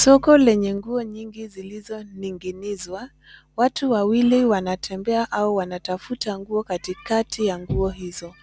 Soko lenye nguo nyingi zilizoning'inizwa. Watu wawili wanatembea au wanatafuta nguo katikati ya nguo hizo.